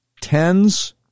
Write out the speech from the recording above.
tens